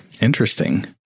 Interesting